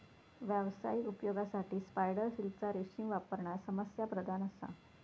व्यावसायिक उपयोगासाठी स्पायडर सिल्कचा रेशीम वापरणा समस्याप्रधान असा